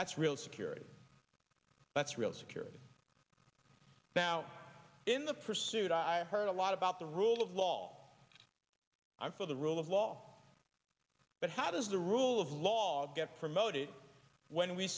that's real security that's real security now in the pursuit i heard a lot about the rule of law i'm for the rule of law but how does the rule of law get promoted when we